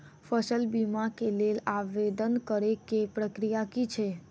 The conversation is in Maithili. फसल बीमा केँ लेल आवेदन करै केँ प्रक्रिया की छै?